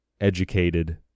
educated